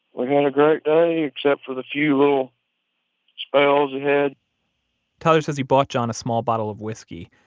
like and a great day, except for the few little spells he had tyler says he bought john a small bottle of whiskey,